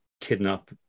kidnap